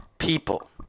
People